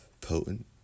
potent